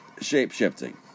shape-shifting